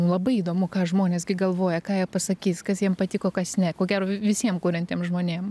labai įdomu ką žmonės gi galvoja ką jie pasakys kas jiem patiko kas ne ko gero visiem kuriantiem žmonėm